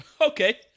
Okay